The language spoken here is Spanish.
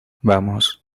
vamos